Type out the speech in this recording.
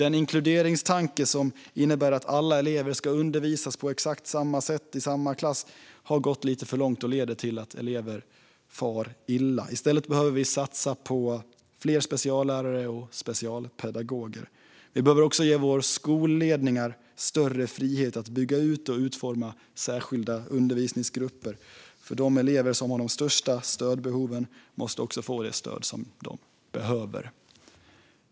Den inkluderingstanke som innebär att alla elever ska undervisas på exakt samma sätt i samma klass har gått lite för långt och leder till att elever far illa. I stället behöver vi satsa på fler speciallärare och specialpedagoger. Vi behöver också ge våra skolledningar större frihet att bygga ut och utforma särskilda undervisningsgrupper. De elever som har de största stödbehoven måste också få det stöd de behöver.